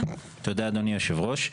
תודה אדוני יושב הראש.